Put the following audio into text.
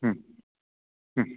हं हं